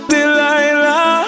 Delilah